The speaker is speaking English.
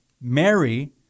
Mary